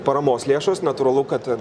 paramos lėšos natūralu kad